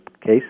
case